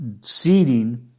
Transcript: seeding